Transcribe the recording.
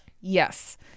Yes